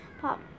pop